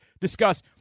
discuss